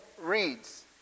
reads